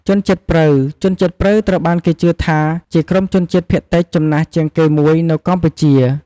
ជនជាតិព្រៅ ជនជាតិព្រៅត្រូវបានគេជឿថាជាក្រុមជនជាតិភាគតិចចំណាស់ជាងគេមួយនៅកម្ពុជា។